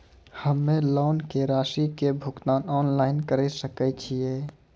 हम्मे लोन के रासि के भुगतान ऑनलाइन करे सकय छियै?